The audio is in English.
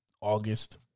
August